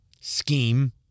scheme